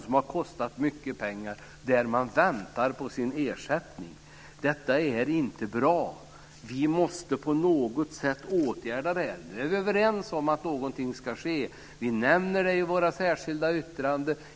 Det har kostat mycket pengar, och de väntar på ersättning. Detta är inte bra. Vi måste på något sätt åtgärda detta. Vi är överens om att något ska ske. Vi nämner det i våra särskilda yttranden.